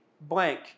blank